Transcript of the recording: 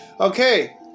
Okay